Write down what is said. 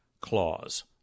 clause